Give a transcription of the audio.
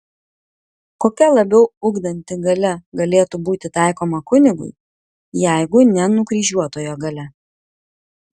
kokia labiau ugdanti galia galėtų būti taikoma kunigui jeigu ne nukryžiuotojo galia